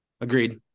Agreed